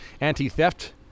anti-theft